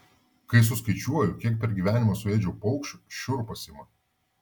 kai suskaičiuoju kiek per gyvenimą suėdžiau paukščių šiurpas ima